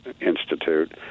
Institute